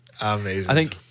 Amazing